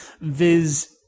viz